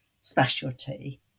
specialty